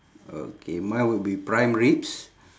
okay mine would be prime ribs